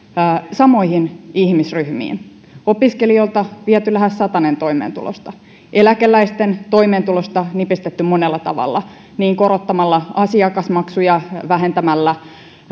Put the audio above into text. samoihin ihmisryhmiin opiskelijoilta on viety lähes satanen toimeentulosta eläkeläisten toimeentulosta on nipistetty monella tavalla korottamalla asiakasmaksuja vähentämällä